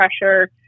pressure